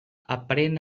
aprén